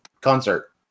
concert